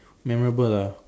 memorable ah